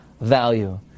value